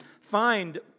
find